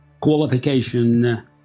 qualification